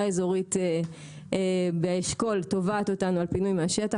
אזורית באשכול תובעת אותנו על פינוי מהשטח,